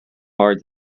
far